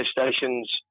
stations